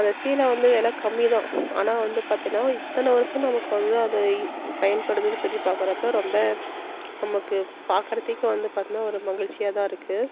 சேல சீலை வந்து வில கம்மிதான் ஆனால் வந்து பார்த்திங்கனா இத்தனை வருஷமாக நமக்கு பார்த்திங்கனா அது பயன்படுதுன்னு சொல்லி பாக்குறப்போ ரொம்ப நமக்கு பார்க்குறதுக்கே வந்து பார்த்திங்கனா ஒரு மகிழ்ச்சி தான் இருக்கு